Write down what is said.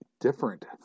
different